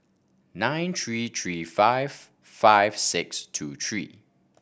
nine three three five five six two three